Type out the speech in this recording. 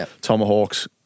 Tomahawks